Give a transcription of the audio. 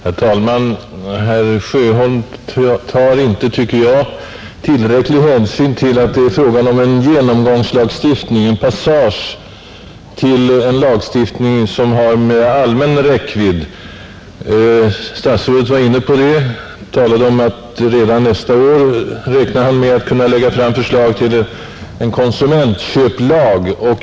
Herr talman! Herr Sjöholm tar inte, tycker jag, tillräcklig hänsyn till att det är fråga om en genomgångslagstiftning, en passage till en lagstiftning som har mer allmän räckvidd. Statsrådet vat inne på det och talade om att han räknar med att redan nästa år kunna lägga fram förslag till en konsumentköplag.